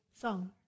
song